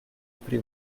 aprì